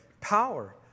power